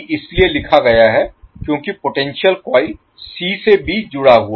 इसलिए लिखा गया है क्योंकि पोटेंशियल कॉइल c से b जुड़ा हुआ है